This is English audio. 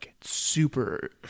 super